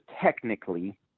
technically